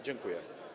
Dziękuję.